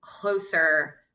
closer